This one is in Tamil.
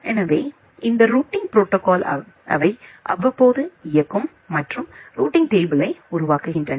எனவே இந்த ரூட்டிங் ப்ரோடோகால் அவை அவ்வப்போது இயக்கும் மற்றும் ரூட்டிங் டேபிளை உருவாக்குகின்றன